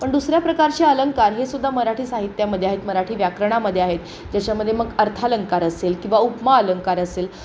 पण दुसऱ्या प्रकारचे अलंकार हे सुद्धा मराठी साहित्यामध्ये आहेत मराठी व्याकरणामध्ये आहेत ज्याच्यामध्ये मग अर्थालंकार असेल किंवा उपमा अलंकार असेल